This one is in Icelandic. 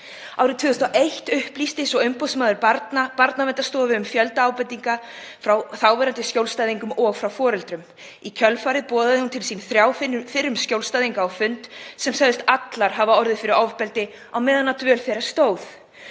Árið 2001 upplýsti svo umboðsmaður barna Barnaverndarstofu um fjölda ábendinga frá þáverandi skjólstæðingum og frá foreldrum. Í kjölfarið boðaði hún til sín þrjá fyrrverandi skjólstæðinga á fund sem allar höfðu orðið fyrir ofbeldi á meðan á dvöl þeirra stóð.